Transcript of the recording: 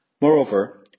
Moreover